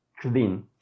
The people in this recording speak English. clean